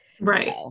right